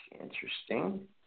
Interesting